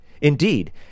Indeed